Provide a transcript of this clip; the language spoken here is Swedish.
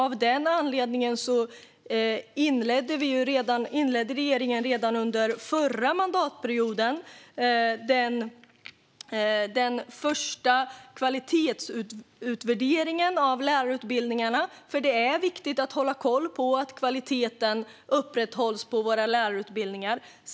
Av den anledningen inledde regeringen redan under förra mandatperioden den första kvalitetsutvärderingen av lärarutbildningarna, för det är viktigt att hålla koll på att kvaliteten upprätthålls på våra lärarutbildningar.